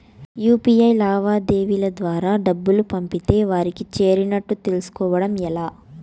UPI లావాదేవీల ద్వారా డబ్బులు పంపితే వారికి చేరినట్టు తెలుస్కోవడం ఎలా?